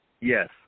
Yes